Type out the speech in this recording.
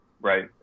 Right